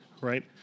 Right